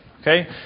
Okay